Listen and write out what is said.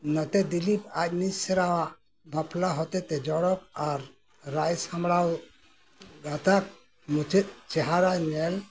ᱱᱚᱛᱮ ᱫᱤᱞᱤᱯ ᱟᱡ ᱢᱤᱥᱨᱟᱣᱟᱜ ᱵᱟᱯᱞᱟ ᱦᱚᱛᱮᱛᱮ ᱡᱚᱲᱚᱠ ᱟᱨ ᱨᱟᱭ ᱥᱟᱢᱲᱟᱣ ᱜᱟᱛᱟᱠ ᱢᱩᱪᱟᱹᱫ ᱪᱮᱦᱟᱨᱟ ᱧᱮᱞ ᱮᱫᱟᱭ